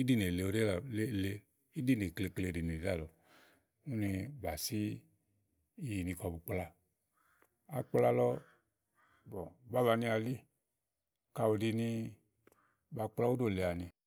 íɖinè le ìɖinè klekle ɖàlɔ ùni bà sí íyi ni kɔ bu kpla. Akpla lɔ, ba bànià eli. Kàyi ù ɖini, ba kpla òɖò le àni;